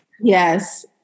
Yes